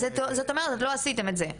אז זאת אומרת שעוד לא עשיתם את זה,